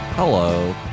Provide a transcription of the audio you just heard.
Hello